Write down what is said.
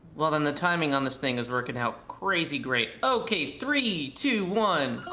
well, then the timing on this thing is working out crazy great. okay, three, two, one.